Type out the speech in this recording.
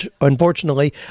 Unfortunately